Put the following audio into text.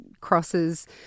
crosses